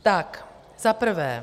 Tak zaprvé.